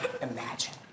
imagine